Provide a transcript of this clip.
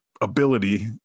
ability